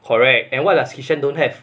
correct and what does kishan don't have